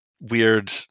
weird